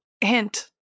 hint